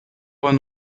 one